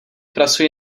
pracuji